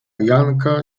janka